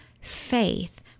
faith